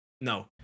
No